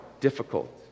difficult